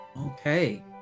Okay